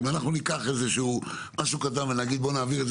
הרי אם ניקח משהו קטן ונבקש להעביר את